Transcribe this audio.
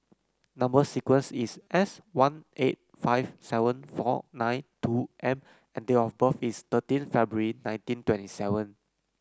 number sequence is S one eight five seven four nine two M and date of birth is thirteen February nineteen twenty seven